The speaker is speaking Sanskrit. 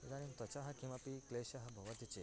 इदानीं त्वचः किमपि क्लेशः भवति चेत्